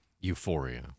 Euphoria